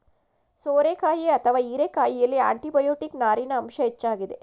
ಸೋರೆಕಾಯಿ ಅಥವಾ ಹೀರೆಕಾಯಿಯಲ್ಲಿ ಆಂಟಿಬಯೋಟಿಕ್, ನಾರಿನ ಅಂಶ ಹೆಚ್ಚಾಗಿದೆ